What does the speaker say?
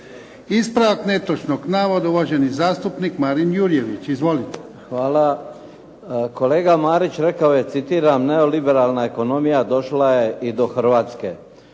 Ispravak netočnog navoda uvaženi zastupnik Marin Jurjević. Izvolite. **Jurjević, Marin (SDP)** Hvala. Kolega Marić rekao je citiram: “Neoliberalna ekonomija došla je i do Hrvatske.“